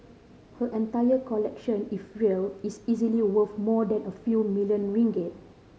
her entire collection if real is easily worth more than a few million ringgit